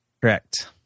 Correct